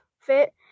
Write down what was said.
fit